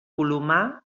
colomar